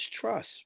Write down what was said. trust